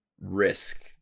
risk